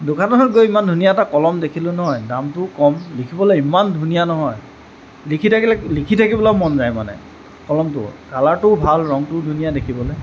দোকানখনত গৈ ইমান ধুনীয়া এটা কলম দেখিলোঁ নহয় দামটোও কম লিখিবলৈ ইমান ধুনীয়া নহয় লিখি থাকিলে লিখি থাকিবলৈ মন যায় মানে কলমটো কালাৰটোও ভাল ৰঙটোও ধুনীয়া দেখিবলৈ